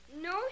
No